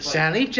Sally